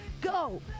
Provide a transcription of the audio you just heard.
Go